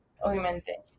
Obviamente